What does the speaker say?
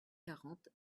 quarante